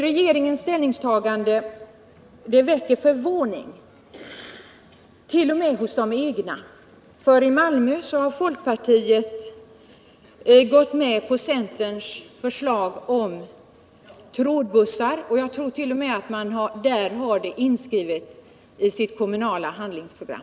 Regeringens ställningstagande väcker säkert förvåning — t.o.m. hos de egna, för i Malmö har folkpartiet gått med på centerns förslag om trådbussar. Jag tror t.o.m. att folkpartiet där, liksom vi, har det inskrivet i sitt kommunala handlingsprogram.